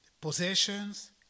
possessions